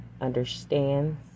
understands